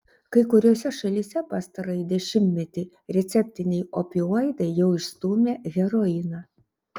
kai kuriose šalyse pastarąjį dešimtmetį receptiniai opioidai jau išstūmė heroiną